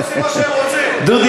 הם, מהכנסת, עושים מה שהם רוצים.